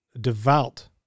devout